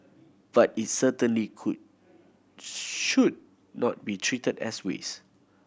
but it certainly could should not be treated as waste